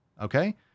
okay